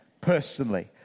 personally